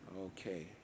Okay